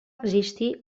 existir